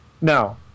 no